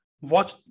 watch